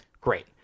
Great